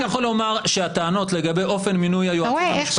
אני רק יכול לומר שהטענות לגבי אופן מינוי היועצים